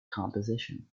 composition